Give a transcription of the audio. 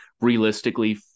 realistically